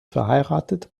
verheiratet